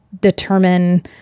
determine